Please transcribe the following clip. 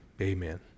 Amen